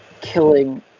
killing